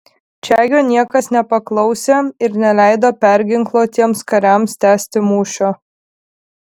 čegio niekas nepaklausė ir neleido perginkluotiems kariams tęsti mūšio